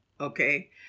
okay